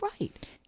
Right